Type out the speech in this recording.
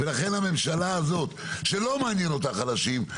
לכן הממשלה הזאת שלא מעניין אותה החלשים,